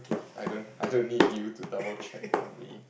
I don't I don't need you to double check on me